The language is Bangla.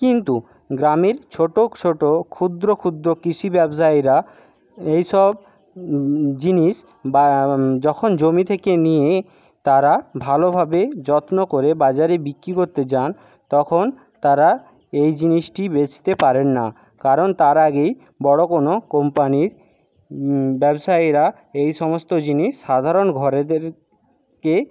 কিন্তু গ্রামের ছোটো ছোটো ক্ষুদ্র ক্ষুদ্র কৃষি ব্যবসায়ীরা এই সব জিনিস যখন জমি থেকে নিয়ে তারা ভালোভাবে যত্ন করে বাজারে বিক্রি করতে যান তখন তারা এই জিনিসটি বেচতে পারেন না কারণ তার আগেই বড়ো কোনো কোম্পানির ব্যবসায়ীরা এই সমস্ত জিনিস সাধারণ ঘরদেরকে